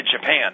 Japan